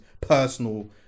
personal